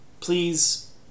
please